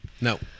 No